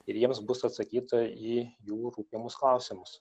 ir jiems bus atsakyta į jų rūpimus klausimus